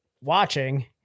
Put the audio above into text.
watching